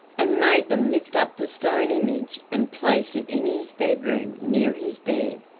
and made them lift up the stone image and place it in his bedroom near his bed.